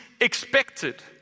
expected